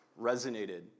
resonated